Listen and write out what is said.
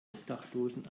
obdachlosen